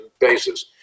basis